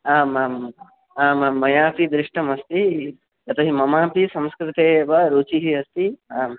आम् आम् आमां मयापि दृष्टमस्ति यतो हि ममापि संस्कृते एव रुचिः अस्ति आम्